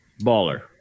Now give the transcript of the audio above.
Baller